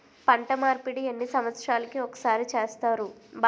పంట మార్పిడి ఎన్ని సంవత్సరాలకి ఒక్కసారి చేస్తారు?